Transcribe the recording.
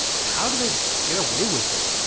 how do they get away with it?